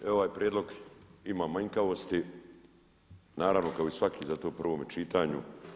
Ovaj prijedlog ima manjkavosti, naravno kao i svaki u tom prvom čitanju.